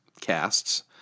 casts